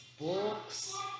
books